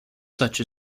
such